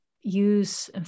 use